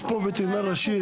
יש כאן וטרינר ראשי.